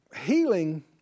healing